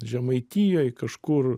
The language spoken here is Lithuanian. žemaitijoj kažkur